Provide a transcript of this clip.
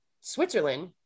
Switzerland